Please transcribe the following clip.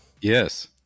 Yes